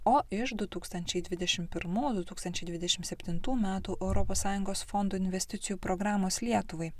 o iš du tūkstančiai dvidešimt pirmų du tūkstančiai dvidešimt septintų metų europos sąjungos fondų investicijų programos lietuvai